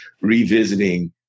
revisiting